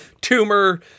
tumor